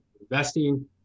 investing